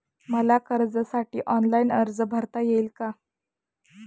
मला कर्जासाठी ऑनलाइन अर्ज भरता येईल का?